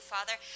Father